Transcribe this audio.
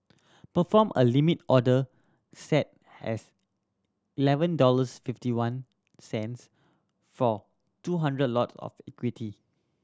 perform a Limit order set as eleven dollars fifty one cents for two hundred lot of equity